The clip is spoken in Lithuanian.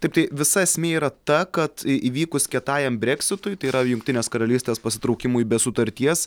taip tai visa esmė yra ta kad įvykus kietajam breksitui tai yra jungtinės karalystės pasitraukimui be sutarties